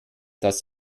das